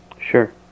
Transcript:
Sure